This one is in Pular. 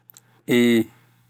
Eh un noon